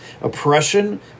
Oppression